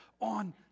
on